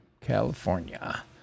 California